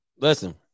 Listen